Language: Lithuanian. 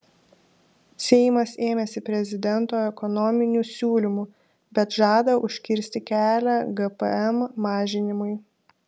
seimas ėmėsi prezidento ekonominių siūlymų bet žada užkirsti kelią gpm mažinimui